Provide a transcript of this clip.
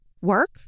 work